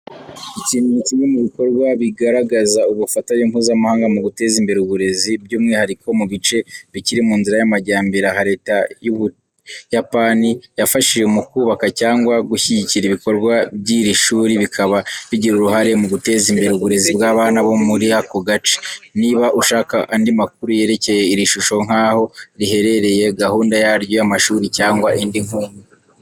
Iki ni kimwe mu bikorwa bigaragaza ubufatanye mpuzamahanga mu guteza imbere uburezi, by’umwihariko mu bice bikiri mu nzira y’amajyambere. Aha, Leta y’u Buyapani yafashije mu kubaka cyangwa gushyigikira ibikorwa by’iri shuri, bikaba bigira uruhare mu guteza imbere uburezi bw’abana bo muri ako gace. Niba ushaka andi makuru yerekeye iri shuri nk’aho riherereye, gahunda yaryo y’amashuri, cyangwa indi nkunga .